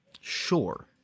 sure